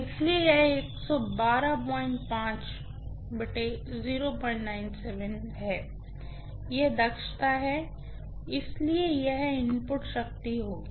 इसलिए यह है यह दक्षता है इसलिए यह इनपुट शक्ति होगी